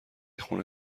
خونه